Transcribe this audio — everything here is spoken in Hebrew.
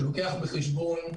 שלוקח בחשבון,